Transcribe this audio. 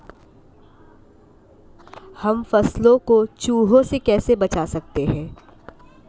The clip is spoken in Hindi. हम फसलों को चूहों से कैसे बचा सकते हैं?